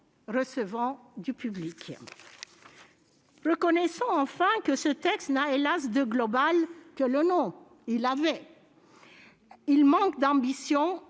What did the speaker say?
recevant du public. Reconnaissons enfin que ce texte n'a hélas de « global » que le nom. Il manque d'ambition